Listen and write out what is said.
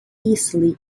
easily